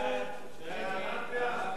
ההצעה להעביר